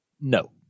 No